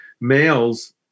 males